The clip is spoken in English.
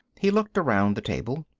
he looked around the table.